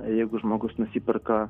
jeigu žmogus nusiperka